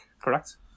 correct